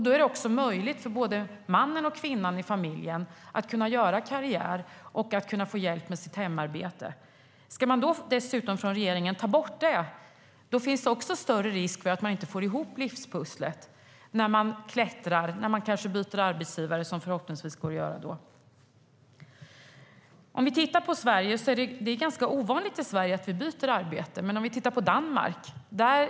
Då är det möjligt för både mannen och kvinnan i familjen att göra karriär och få hjälp med sitt hemarbete. Om nu detta tas bort av regeringen finns det ännu större risk för att man inte får ihop livspusslet när man klättrar på karriärstegen och byter arbetsgivare, vilket det förhoppningsvis ska gå att göra. Det är ganska ovanligt att man byter arbete i Sverige. I Danmark är det mycket vanligare.